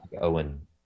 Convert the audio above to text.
owen